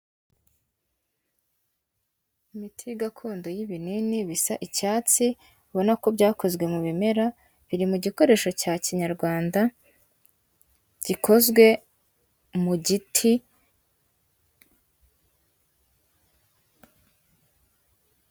Imiti gakondo y'ibinini bisa icyatsi, ubona ko byakozwe mu bimera, biri mu gikoresho cya kinyarwanda, gikozwe mu giti,...